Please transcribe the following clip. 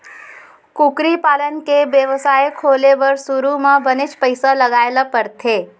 कुकरी पालन के बेवसाय खोले बर सुरू म बनेच पइसा लगाए ल परथे